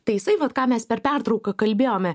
taisai vat ką mes per pertrauką kalbėjome